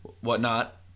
whatnot